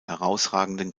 herausragenden